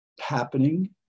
happening